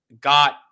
got